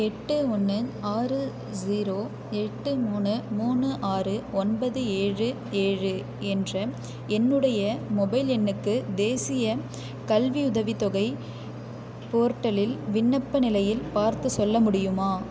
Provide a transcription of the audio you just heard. எட்டு ஒன்று ஆறு ஜீரோ எட்டு மூணு மூணு ஆறு ஒன்பது ஏழு ஏழு என்ற என்னுடைய மொபைல் எண்ணுக்கு தேசியக் கல்வியுதவித் தொகை போர்ட்டலில் விண்ணப்ப நிலையில் பார்த்துச் சொல்ல முடியுமா